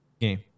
game